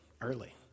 early